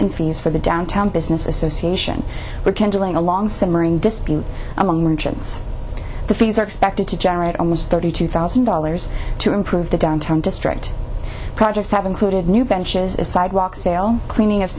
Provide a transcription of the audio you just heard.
in fees for the downtown business association were handling a long simmering dispute among regions the fees are expected to generate almost thirty two thousand dollars to improve the downtown district projects have included new benches as sidewalk sale cleaning of